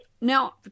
Now